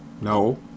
No